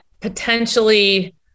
potentially